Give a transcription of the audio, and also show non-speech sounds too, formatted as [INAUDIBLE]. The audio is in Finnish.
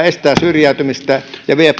[UNINTELLIGIBLE] estää syrjäytymistä ja vie [UNINTELLIGIBLE]